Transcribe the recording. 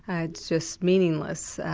and just meaningless.